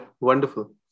wonderful